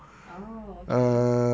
oh okay